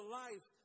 life